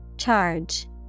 Charge